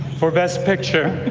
for best picture